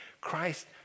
Christ